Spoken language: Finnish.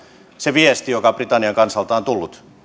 se viesti joka britannian kansalta on tullut se